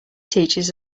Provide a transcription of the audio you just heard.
teaches